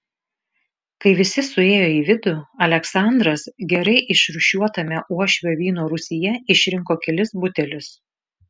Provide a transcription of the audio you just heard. kai visi suėjo į vidų aleksandras gerai išrūšiuotame uošvio vyno rūsyje išrinko kelis butelius